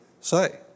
say